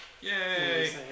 Yay